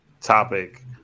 topic